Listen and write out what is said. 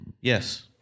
yes